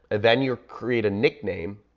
then your create a nickname